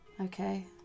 Okay